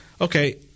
okay